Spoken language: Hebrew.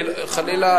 חלילה,